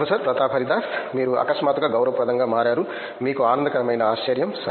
professor Pratap Haridas మీరు అకస్మాత్తుగా గౌరవప్రదంగా మారారు మీకు ఆనందకరమైన ఆశ్చర్యము